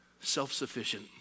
self-sufficient